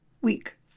week